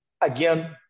Again